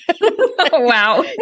Wow